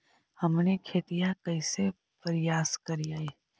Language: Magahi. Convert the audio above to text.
हमनी खेतीया कइसे परियास करियय?